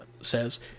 says